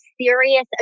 serious